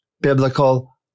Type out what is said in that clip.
Biblical